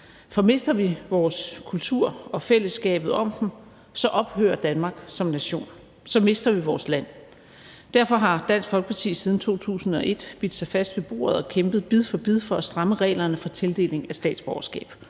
for mister vi vores kultur og fællesskabet om den, ophører Danmark som nation, så mister vi vores land. Derfor har Dansk Folkeparti siden 2001 bidt sig fast ved bordet og kæmpet bid for bid for at stramme reglerne for tildeling af statsborgerskab,